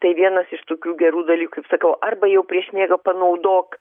tai vienas iš tokių gerų dalykų sakau arba jau prieš miegą panaudok